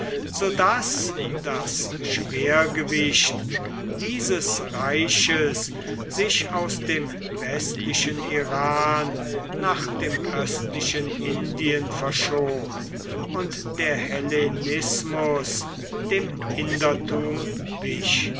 daß das schwergewicht dieses reiches sich aus dem westlichen iran nach dem östlichen indien verschob und der hellenismus dem indertum wich